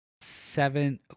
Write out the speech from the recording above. seven